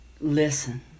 listen